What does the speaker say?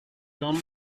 gone